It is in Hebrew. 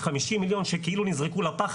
50 מיליון שכאילו נזרקו לפח,